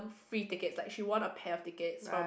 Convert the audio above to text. free tickets like she won a pair of tickets from